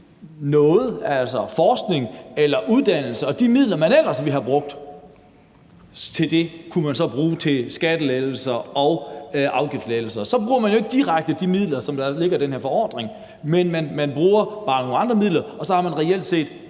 formål, f.eks. forskning og uddannelse, og så bruge de midler, som man ellers ville have brugt til de formål, til skattelettelser og afgiftslettelser? Så bruger man jo ikke direkte de midler, som der ligger i den her forordning – man bruger bare nogle andre midler, og så har man faktisk